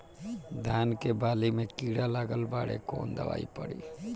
धान के बाली में कीड़ा लगल बाड़े कवन दवाई पड़ी?